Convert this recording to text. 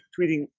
tweeting